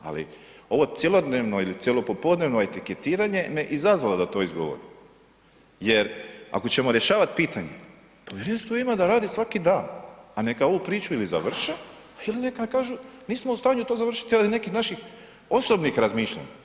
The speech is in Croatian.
Ali, ovo cjelodnevno ili cjelopopodnevno etiketiranje me izazvalo da to izgovorim jer ako ćemo rješavati pitanje, povjerenstvo ima da radi svaki dan pa neka ovu priču ili završe ili neka kažu nismo u stanju to završiti radi nekih naših osobnih razmišljanja.